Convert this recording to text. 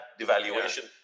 devaluation